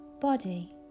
body